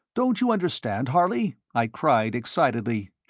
don't you understand, harley? i cried, excitedly.